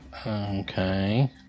Okay